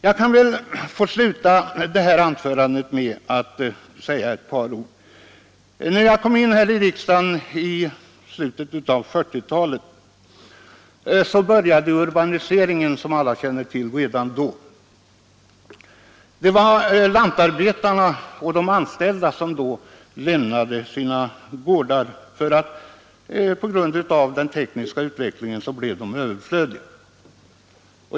Jag skall sluta mitt anförande med att säga ett par ord om hur det var när jag kom in i riksdagen i slutet av 1940-talet. Redan då började urbaniseringen, som väl alla känner till. Då var det lantarbetarna och de anställda som lämnade gårdarna därför att den tekniska utvecklingen gjort dem överflödiga.